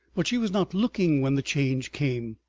but she was not looking when the change came.